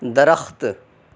درخت